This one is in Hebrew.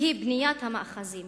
היא בניית המאחזים.